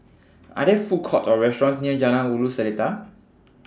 Are There Food Courts Or restaurants near Jalan Ulu Seletar